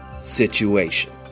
situation